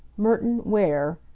merton ware.